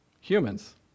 humans